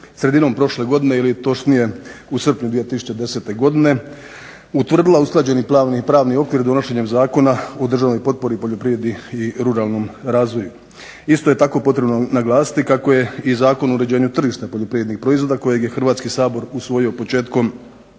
sredinom prošle godine ili točnije u srpnju 2010. godine utvrdila usklađeni pravni okvir donošenjem Zakona o državnoj potpori u poljoprivredi i ruralnom razvoju. Isto je tako potrebno naglasiti kako je i Zakon o uređenju tržišta poljoprivrednih proizvoda kojeg je Hrvatski sabora usvojio početkom